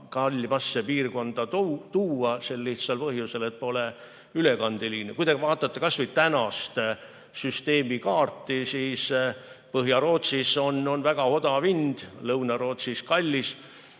kallimasse piirkonda tuua sel lihtsal põhjusel, et pole ülekandeliine. Kui te vaatate kasvõi tänast süsteemi kaarti, siis Põhja-Rootsis on väga odav hind, Lõuna-Rootsis kallis.